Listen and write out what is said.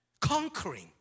Conquering